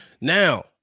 now